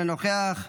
אינו נוכח,